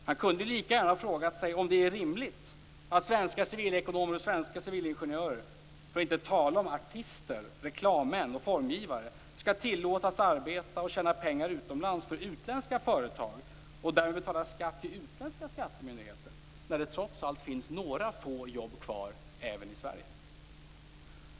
Han kunde lika gärna ha frågat sig om det är rimligt att svenska civilekonomer och civilingenjörer - för att inte tala om artister, reklammän och formgivare - skall tillåtas arbeta och tjäna pengar utomlands för utländska företag, och därmed betala skatt till utländska skattemyndigheter, när det trots allt finns några få jobb kvar även i Sverige.